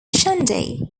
shandy